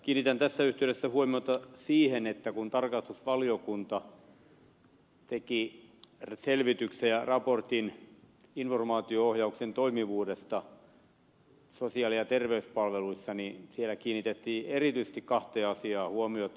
kiinnitän tässä yhteydessä huomiota siihen että kun tarkastusvaliokunta teki selvityksen ja raportin informaatio ohjauksen toimivuudesta sosiaali ja terveyspalveluissa siellä kiinnitettiin erityisesti kahteen asiaan huomiota